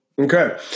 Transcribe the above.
Okay